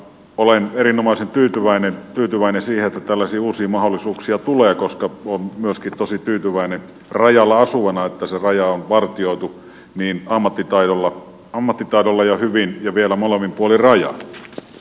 olen erinomaisen tyytyväinen siihen että tällaisia uusia mahdollisuuksia tulee koska olen myöskin tosi tyytyväinen rajalla asuvana että se raja on vartioitu ammattitaidolla ja hyvin ja vielä molemmin puolin rajaa